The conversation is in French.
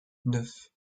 neuf